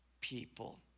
people